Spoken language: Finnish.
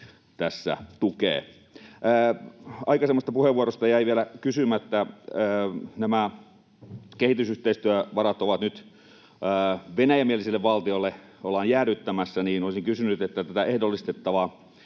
Aikaisemmasta puheenvuorosta jäi vielä kysymättä siitä, kun nämä kehitysyhteistyövarat venäjämielisille valtioille ollaan nyt jäädyttämässä. Olisin kysynyt tästä ehdollistettavasta